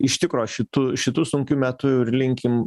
iš tikro šitu šitu sunkiu metu ir linkim